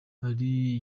ari